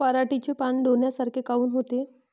पराटीचे पानं डोन्यासारखे काऊन होते?